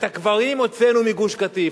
את הקברים הוצאנו מגוש-קטיף,